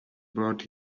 brought